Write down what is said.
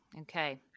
Okay